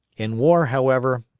in war, however,